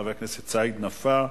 חבר הכנסת סעיד נפאע,